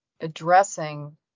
addressing